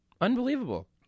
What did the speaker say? Unbelievable